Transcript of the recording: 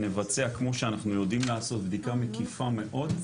נבצע כמו שאנחנו יודעים לעשות בדיקה מקיפה מאוד.